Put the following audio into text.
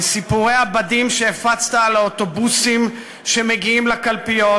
וסיפורי הבדים שהפצת על האוטובוסים שמגיעים לקלפיות